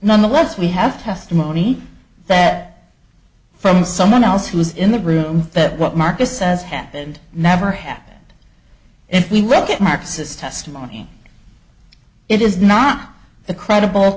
nonetheless we have testimony that from someone else who was in the room that what marcus says happened never happened if we look at max's testimony it is not a credible